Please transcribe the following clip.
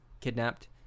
kidnapped